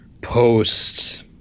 post